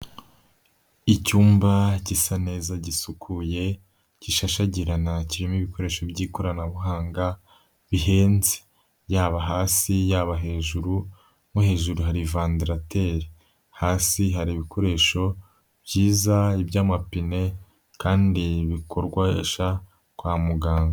Icyumba gisa neza gisukuye gishashagirana kirimo ibikoresho by'ikoranabuhanga bihenze, yaba hasi yaba hejuru mo hejuru hari vandarateri, hasi hari ibikoresho byiza by'amapine kandi bikoreshwa kwa muganga.